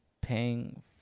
paying